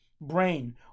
brain